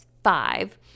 five